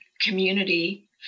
community